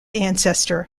ancestor